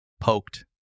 poked